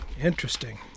interesting